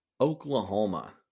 Oklahoma